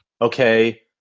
Okay